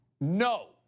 No